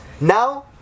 Now